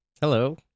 Hello